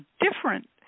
different